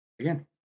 again